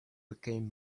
became